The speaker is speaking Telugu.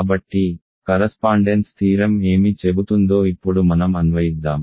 కాబట్టి కరస్పాండెన్స్ థీరం ఏమి చెబుతుందో ఇప్పుడు మనం అన్వయిద్దాం